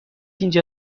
اینجا